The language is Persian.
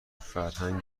فرهنگ